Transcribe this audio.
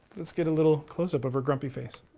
let's get a little close up of her grumpy face.